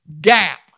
gap